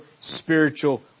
spiritual